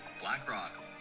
BlackRock